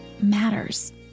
matters